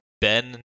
ben